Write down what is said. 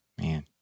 Man